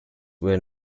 were